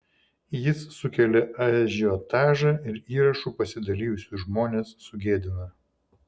jis sukelia ažiotažą ir įrašu pasidalijusius žmones sugėdina